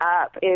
up